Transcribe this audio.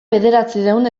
bederatziehun